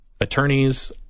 attorneys